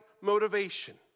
motivation